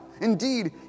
Indeed